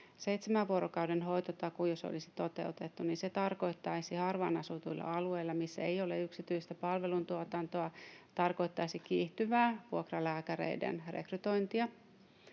seitsemän vuorokauden hoitotakuu olisi toteutettu, niin se olisi tarkoittanut harvaan asutuilla alueilla, missä ei ole yksityistä palveluntuotantoa, kiihtyvää vuokralääkäreiden rekrytointia.